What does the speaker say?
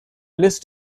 list